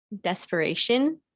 desperation